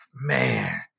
Man